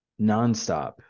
nonstop